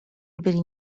byli